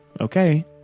okay